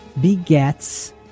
begets